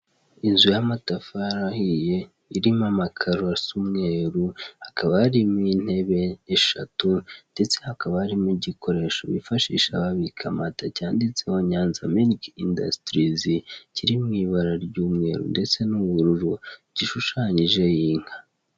Inzu y'amatafari ahiye irimo amakaro asa umweru, hakaba harimo intebe eshatu ndetse hakaba harimo igikoresho bifashisha babika amata cyanditseho Nyanza milk industries kiri mu ibara ry'umweru ndetse n'ubururu gishushanyijeho inka.